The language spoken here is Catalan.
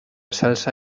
salsa